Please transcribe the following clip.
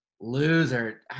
Loser